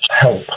help